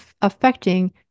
affecting